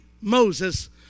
Moses